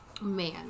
Man